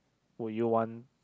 would you want